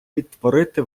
відтворити